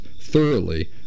thoroughly